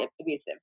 abusive